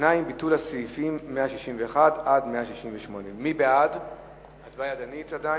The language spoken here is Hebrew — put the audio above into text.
2. ביטול הסעיפים 161 168. הצבעה ידנית עדיין.